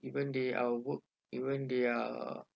even they are work even they are